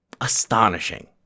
Astonishing